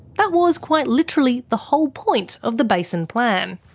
that was quite literally the whole point of the basin plan.